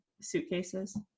suitcases